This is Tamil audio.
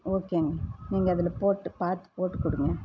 ஓகேங்க நீங்கள் அதில் போட்டு பார்த்து போட்டு கொடுங்க